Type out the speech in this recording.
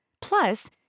Plus